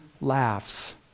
laughs